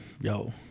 yo